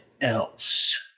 else